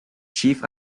chief